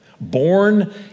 Born